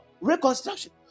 Reconstruction